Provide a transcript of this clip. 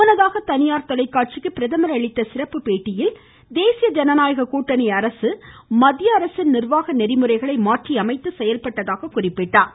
முன்னதாக தனியார் தொலைக்காட்சிக்கு பிரதமர் அளித்த சிறப்பு பேட்டியில் தேசிய ஜனநாயக கூட்டணி அரசு மத்திய அரசின் நிர்வாக நெறிமுறைகளை மாற்றியமைத்து செயல்பட்டதாக கூறினார்